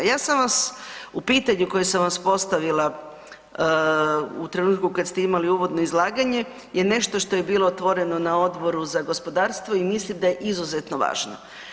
Ja sam vas u pitanju koje sam vam postavila u trenutku kad ste imali uvodno izlaganje je nešto što je bilo otvoreno na Odboru za gospodarstvo i mislim da je izuzetno važno.